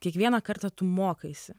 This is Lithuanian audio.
kiekvieną kartą tu mokaisi